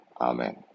Amen